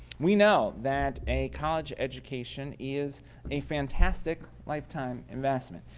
we know that a college education is a fantastic lifetime investment.